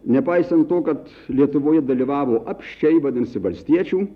nepaisant to kad lietuvoje dalyvavo apsčiai vadinasi valstiečių